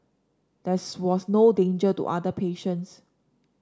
there's was no danger to other patients